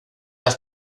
las